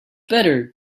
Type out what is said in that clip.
better